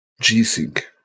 G-Sync